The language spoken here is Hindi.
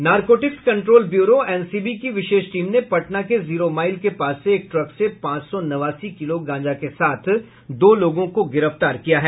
नारकोटिक कंट्रोल ब्यूरो एनसीबी की विशेष टीम ने पटना के जीरो माईल के पास से एक ट्रक से पांच सौ नवासी किलो गांजा के साथ दो लोगों को गिरफ्तार किया है